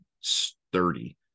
sturdy